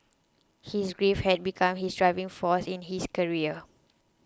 his grief had become his driving force in his career